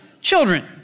children